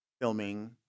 filming